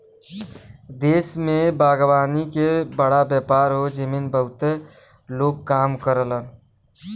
देश में बागवानी के बड़ा व्यापार हौ जेमन बहुते लोग काम करलन